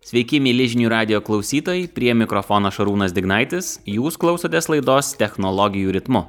sveiki mieli žinių radijo klausytojai prie mikrofono šarūnas dignaitis jūs klausotės laidos technologijų ritmu